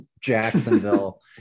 Jacksonville